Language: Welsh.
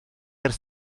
ers